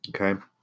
Okay